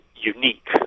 unique